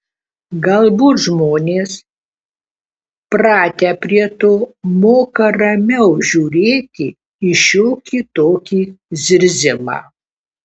galbūt žmonės pratę prie to moka ramiau žiūrėti į šiokį tokį zirzimą